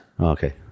Okay